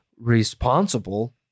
responsible